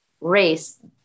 race